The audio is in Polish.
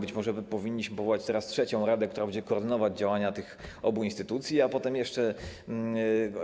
Być może powinniśmy powołać teraz trzecią radę, która będzie koordynować działania obu instytucji, a potem jeszcze